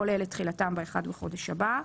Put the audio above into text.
כל אלה תחילתם ב-1 בחודש הבא.